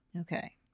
Okay